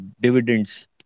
dividends